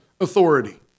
authority